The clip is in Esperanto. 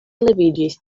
leviĝis